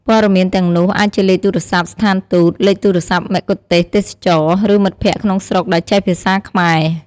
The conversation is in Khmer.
ព័ត៌មានទាំងនោះអាចជាលេខទូរស័ព្ទស្ថានទូត លេខទូរស័ព្ទមគ្គុទ្ទេសក៍ទេសចរណ៍ ឬមិត្តភក្តិក្នុងស្រុកដែលចេះភាសាខ្មែរ។